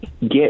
get